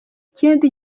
ikindi